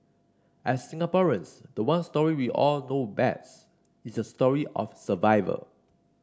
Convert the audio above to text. as Singaporeans the one story we all know best is the story of survival